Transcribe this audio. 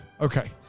Okay